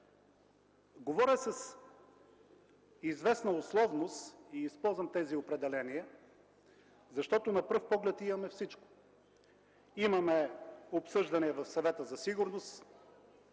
Говоря с известна условност и използвам тези определения, защото на пръв поглед имаме всичко: имаме обсъждане в Съвета за сигурност;